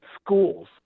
schools